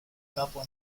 capua